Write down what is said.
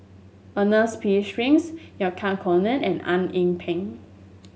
Ernest P Shanks Yahya Cohen and Eng Yee Peng